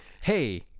Hey